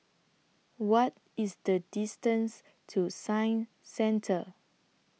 What IS The distance to Science Centre